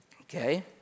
Okay